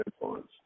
influence